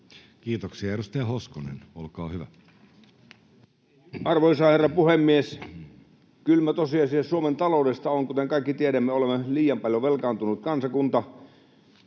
Kiitoksia. — Edustaja Hoskonen, olkaa hyvä. Arvoisa herra puhemies! Kylmä tosiasia Suomen taloudesta on se, kuten kaikki tiedämme, että olemme liian paljon velkaantunut kansakunta.